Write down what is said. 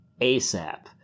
ASAP